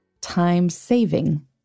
time-saving